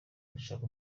dushake